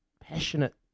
passionate